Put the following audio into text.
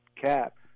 cap